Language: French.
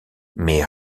mais